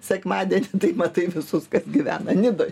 sekmadienį tai matai visus kas gyvena nidoj